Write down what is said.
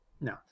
No